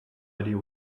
idea